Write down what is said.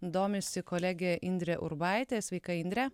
domisi kolegė indrė urbaitė sveika indre